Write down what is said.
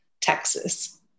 Texas